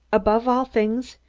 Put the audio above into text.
above all things,